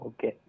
Okay